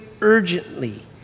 urgently